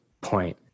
point